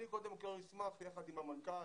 אני קודם כל אשמח יחד עם המנכ"ל,